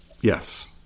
Yes